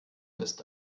ist